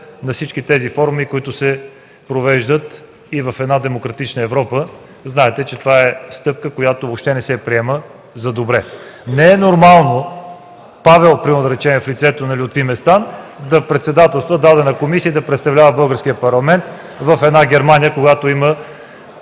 във всички тези форуми, които се провеждат в една демократична Европа. Знаете, че това е стъпка, която въобще не се приема за добре. Не е нормално Павел (в лицето на Лютви Местан) да председателства дадена комисия и да представлява българския Парламент в Германия, когато има